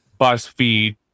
BuzzFeed